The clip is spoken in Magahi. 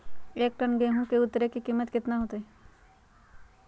एक टन गेंहू के उतरे के कीमत कितना होतई?